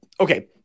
okay